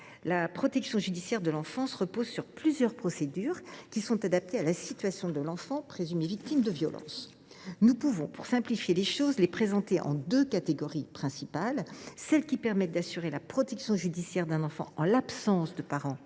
La protection judiciaire de l’enfance repose sur plusieurs procédures, qui sont adaptées à la situation de l’enfant présumé victime de violences. Nous pouvons, pour simplifier, répartir les dispositifs en deux catégories principales : d’une part, ceux qui permettent d’assurer la protection judiciaire d’un enfant en l’absence d’un parent